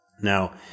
Now